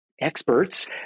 experts